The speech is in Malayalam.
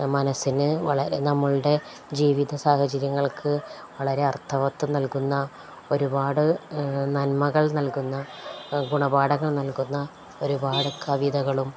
മനസ്സിന് വളരെ നമ്മളുടെ ജീവിത സാഹചര്യങ്ങൾക്ക് വളരെ അർത്ഥവത്വം നൽകുന്ന ഒരുപാട് നന്മകൾ നൽകുന്ന ഗുണപാടങ്ങൾ നൽകുന്ന ഒരുപാട് കവിതകളും